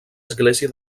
església